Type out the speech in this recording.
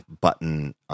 button